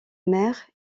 maire